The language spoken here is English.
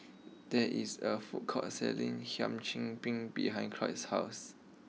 there is a food court selling Hum Chim Peng behind Cloyd's house